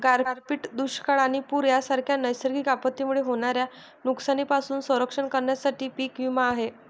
गारपीट, दुष्काळ आणि पूर यांसारख्या नैसर्गिक आपत्तींमुळे होणाऱ्या नुकसानीपासून संरक्षण करण्यासाठी पीक विमा आहे